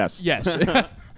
Yes